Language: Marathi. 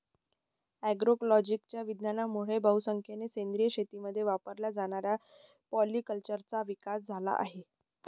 अग्रोइकोलॉजीच्या विज्ञानामुळे बहुसंख्येने सेंद्रिय शेतीमध्ये वापरल्या जाणाऱ्या पॉलीकल्चरचा विकास झाला आहे